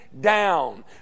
down